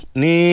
ni